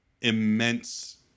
immense